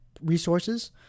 resources